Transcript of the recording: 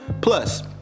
Plus